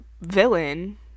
villain